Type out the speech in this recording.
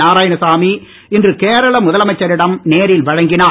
நாராயணசாமி இன்று கேரள முதலமைச்சரிடம் நேரில் வழங்கினார்